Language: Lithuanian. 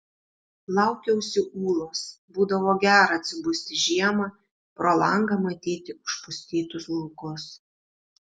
laukiausi ūlos būdavo gera atsibusti žiemą pro langą matyti užpustytus laukus